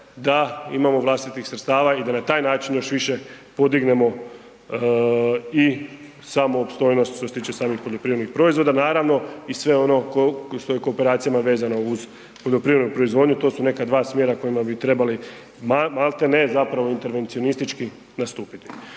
da imamo vlastitih sredstava i da na taj način još više podignemo i samu opstojnost što se tiče samih poljoprivrednih proizvoda, naravno i sve ono što je kooperacijama vezano uz poljoprivrednu proizvodnju. To su neka dva smjera kojima bi trebali malte ne zapravo intervencionistički nastupiti.